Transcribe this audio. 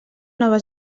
nova